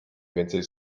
więcej